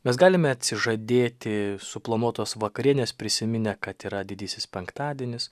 mes galime atsižadėti suplanuotos vakarienės prisiminę kad yra didysis penktadienis